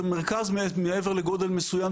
במרכז מעבר לגודל מסוים,